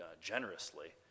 generously